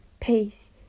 peace